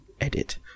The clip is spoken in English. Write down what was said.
edit